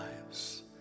lives